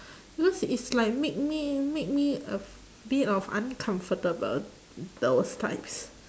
because it's like make me make me a bit of uncomfortable those types